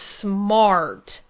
smart